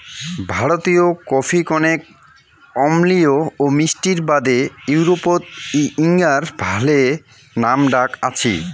ভারতীয় কফি কণেক অম্লীয় ও মিষ্টির বাদে ইউরোপত ইঞার ভালে নামডাক আছি